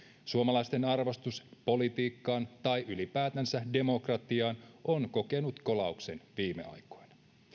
suomalaisten arvostus politiikkaan tai ylipäätänsä demokratiaan on kokenut kolauksen viime aikoina